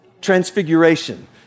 Transfiguration